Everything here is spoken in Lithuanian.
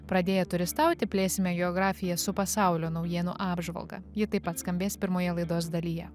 pradėję turistauti plėsime geografiją su pasaulio naujienų apžvalga ji taip pat skambės pirmoje laidos dalyje